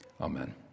Amen